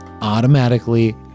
automatically